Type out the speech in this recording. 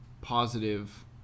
positive